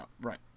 Right